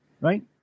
Right